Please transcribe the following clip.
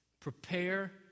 Prepare